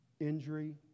injury